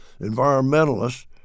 Environmentalists